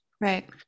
right